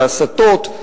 להסתות,